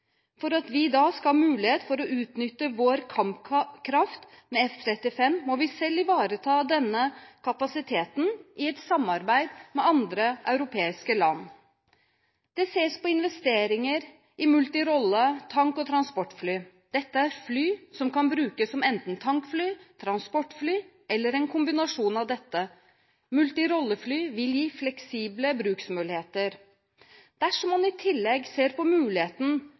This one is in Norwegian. For at vi da skal ha mulighet for å utnytte vår kampkraft med F-35, må vi selv ivareta denne kapasiteten i et samarbeid med andre europeiske land. Det ses på investeringer i multirolle tank- og transportfly. Dette er fly som kan brukes som enten tankfly eller transportfly eller en kombinasjon av disse. Multirolle-fly vil gi fleksible bruksmuligheter. Dersom man i tillegg ser på muligheten